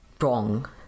wrong